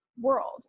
world